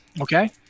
Okay